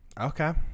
Okay